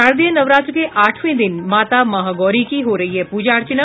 शारदीय नवरात्र के आठवें दिन माता महागौरी की हो रही है पूजा अर्चना